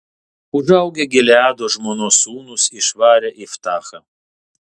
užaugę gileado žmonos sūnūs išvarė iftachą